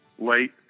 Late